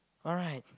alright